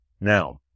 now